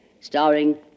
starring